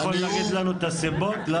הגעתי היום, גברתי היושבת-ראש